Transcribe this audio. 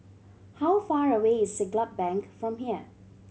how far away is Siglap Bank from here